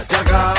Jaga